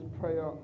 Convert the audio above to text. prayer